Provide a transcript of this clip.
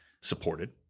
supported